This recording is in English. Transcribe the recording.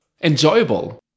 enjoyable